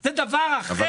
זה דבר אחר.